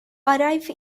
arrive